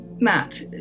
Matt